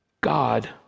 God